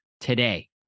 today